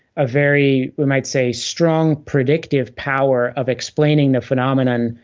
a very, we might say strong predictive power of explaining the phenomenon,